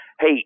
hey